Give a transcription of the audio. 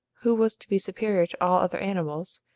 who was to be superior to all other animals,